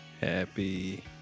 happy